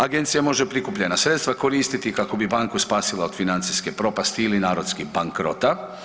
Agencija može prikupljena sredstva koristiti kako bi banku spasila od financijske propasti ili narodski bankrota.